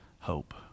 hope